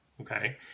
Okay